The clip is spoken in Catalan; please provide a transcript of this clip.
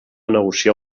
negociar